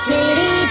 City